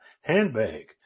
handbag